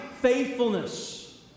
faithfulness